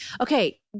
Okay